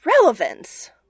Relevance